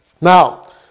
Now